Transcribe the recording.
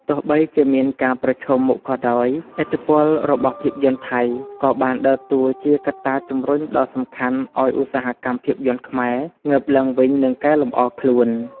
ទោះបីជាមានការប្រឈមមុខក៏ដោយ ឥទ្ធិពលរបស់ភាពយន្តថៃក៏បានដើរតួជាកត្តាជំរុញដ៏សំខាន់ឲ្យឧស្សាហកម្មភាពយន្តខ្មែរ ងើបឡើងវិញ និងកែលម្អខ្លួន។